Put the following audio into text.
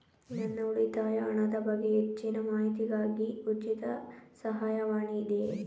ನನ್ನ ಉಳಿತಾಯ ಹಣದ ಬಗ್ಗೆ ಹೆಚ್ಚಿನ ಮಾಹಿತಿಗಾಗಿ ಉಚಿತ ಸಹಾಯವಾಣಿ ಇದೆಯೇ?